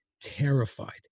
terrified